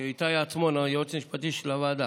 שאיתי עצמון, היועץ המשפטי של הוועדה,